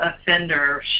offender